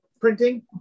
printing